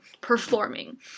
performing